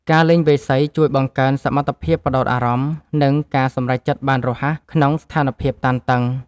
ការលេងវាយសីជួយបង្កើនសមត្ថភាពផ្ដោតអារម្មណ៍ និងការសម្រេចចិត្តបានរហ័សក្នុងស្ថានភាពតានតឹង។